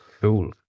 Cool